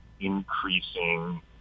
increasing